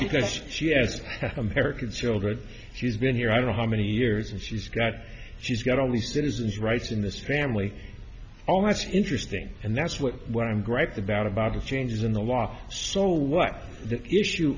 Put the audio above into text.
because she has american children she's been here i don't know how many years and she's got she's got all the citizens rights in this family all that's interesting and that's what what i'm griping about about is changes in the law so what the issue